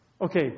Okay